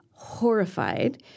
Horrified